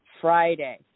Friday